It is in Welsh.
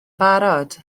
barod